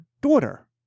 daughter